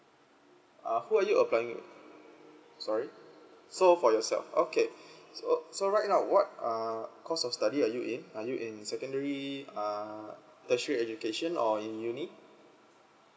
uh who are you applying sorry so for yourself okay so so right now what uh course of study are you in are you in secondary uh tertiary education or in uni